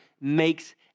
makes